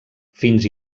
fins